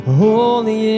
holy